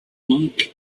monk